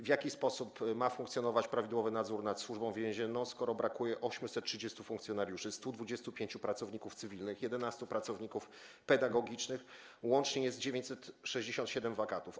W jaki sposób ma funkcjonować prawidłowy nadzór nad Służbą Więzienną, skoro brakuje 830 funkcjonariuszy, 125 pracowników cywilnych, 11 pracowników pedagogicznych, łącznie jest 967 wakatów?